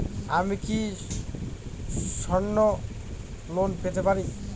আমি কি স্বর্ণ ঋণ পেতে পারি?